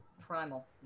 Primal